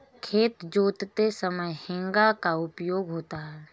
खेत जोतते समय हेंगा का उपयोग होता है